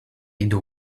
into